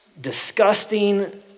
disgusting